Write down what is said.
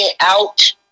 out